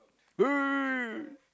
wait wait wait wait